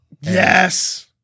Yes